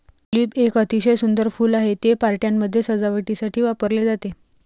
tulip एक अतिशय सुंदर फूल आहे, ते पार्ट्यांमध्ये सजावटीसाठी वापरले जाते